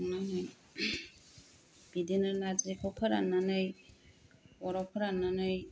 बिदिनो नारजिखौ फोराननानै अराव फोराननानै